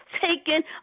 taken